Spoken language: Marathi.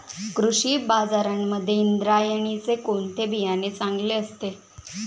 कृषी बाजारांमध्ये इंद्रायणीचे कोणते बियाणे चांगले असते?